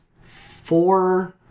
four